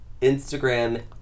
Instagram